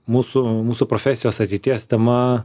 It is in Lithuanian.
mūsų mūsų profesijos ateities tema